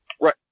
Right